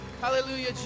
hallelujah